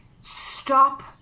stop